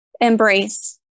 embrace